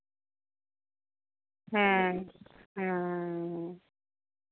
ᱦᱮᱸ ᱦᱮᱸ